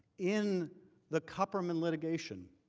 in the kupperman litigation